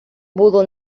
було